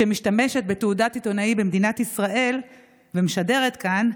שמשתמשת בתעודת עיתונאי במדינת ישראל ומשדרת כאן,